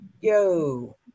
yo